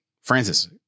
Francis